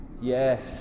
Yes